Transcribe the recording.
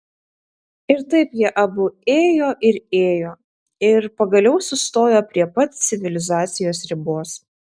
ir taip jie abu ėjo ir ėjo ir pagaliau sustojo prie pat civilizacijos ribos